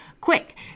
quick